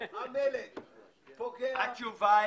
ייבוא,